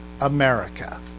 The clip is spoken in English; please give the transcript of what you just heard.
America